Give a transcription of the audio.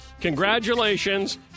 congratulations